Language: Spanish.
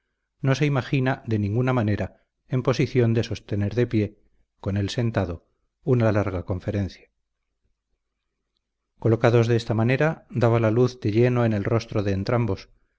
no se imagina de ninguna manera en posición de sostener de pie con él sentado una larga conferencia colocados de esta manera daba la luz de lleno en el rostro de